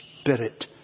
Spirit